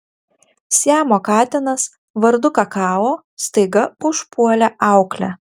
siamo katinas vardu kakao staiga užpuolė auklę